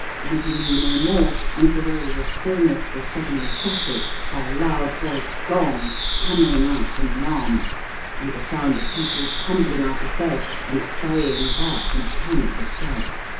and he knew no more until all the stillness was suddenly shattered by a loud-voiced gong hammering out an alarm and the sound of people tumbling out of bed and scurrying about in a panic of fright.